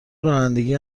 رانندگی